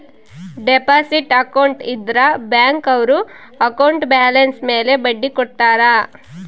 deposit account ಇದ್ರ bank ಅವ್ರು account balance ಮೇಲೆ ಬಡ್ಡಿ ಕೊಡ್ತಾರ